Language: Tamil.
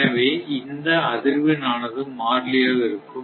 எனவே அந்த அதிர்வெண் ஆனது மாறிலியாக இருக்கும்